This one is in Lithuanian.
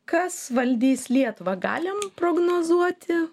kas valdys lietuvą galim prognozuoti